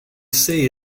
say